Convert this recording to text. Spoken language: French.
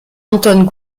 anton